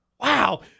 wow